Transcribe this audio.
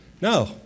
No